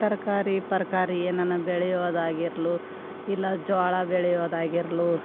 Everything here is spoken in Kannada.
ತರಕಾರಿ ಪರ್ಕಾರಿ ಏನನ ಬೆಳೆಯೋದಾಗಿರ್ಲಿ ಇಲ್ಲ ಜೋಳ ಬೆಳಿಯೋದಾಗಿರ್ಲಿ